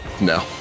No